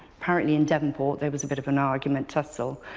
apparently, in devonport there was a bit of an argument, tussle,